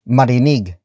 Marinig